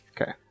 Okay